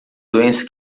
doença